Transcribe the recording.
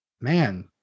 man